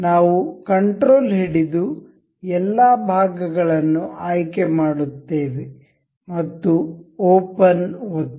ನಾವು ಕಂಟ್ರೋಲ್ ಹಿಡಿದು ಎಲ್ಲಾ ಭಾಗಗಳನ್ನು ಆಯ್ಕೆ ಮಾಡುತ್ತೇವೆ ಮತ್ತು ಓಪನ್ ಒತ್ತಿ